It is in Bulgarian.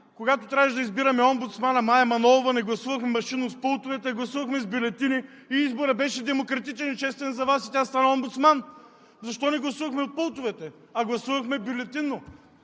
когато трябваше да избираме омбудсмана Мая Манолова, не гласувахме машинно с пултовете, а гласувахме с бюлетини и изборът беше демократичен и честен за Вас и тя стана омбудсман? Защо не гласувахме от пултовете, а гласувахме бюлетинно?